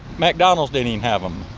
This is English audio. mcdonald's didn't even have them.